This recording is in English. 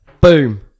Boom